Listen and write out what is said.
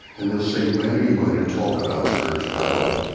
and they'll say, when are you going to talk about spirituality?